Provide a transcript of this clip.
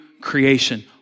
creation